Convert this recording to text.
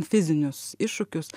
fizinius iššūkius